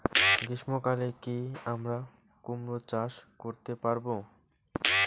গ্রীষ্ম কালে কি আমরা কুমরো চাষ করতে পারবো?